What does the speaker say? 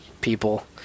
People